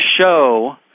show